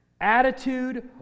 attitude